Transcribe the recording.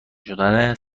شدن